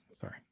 Sorry